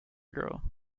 girl